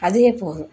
அதுவே போதும்